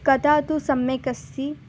कथा तु सम्यक् अस्ति